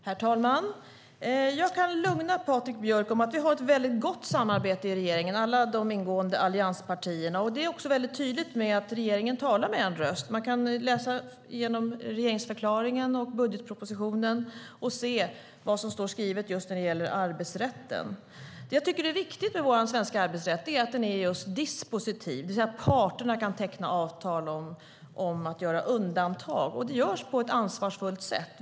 Herr talman! Jag kan lugna Patrik Björck genom att säga att vi har ett mycket gott samarbete i regeringen mellan alla allianspartier. Det är också tydligt genom att regeringen talar med en röst. Man kan läsa igenom regeringsförklaringen och budgetpropositionen och se vad som står skrivet just när det gäller arbetsrätten. Det som jag tycker är viktigt med vår svenska arbetsrätt är att den är just dispositiv, det vill säga att parterna kan teckna avtal om att göra undantag, och det görs på ett ansvarsfullt sätt.